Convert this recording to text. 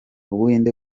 ubuhinde